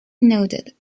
nodded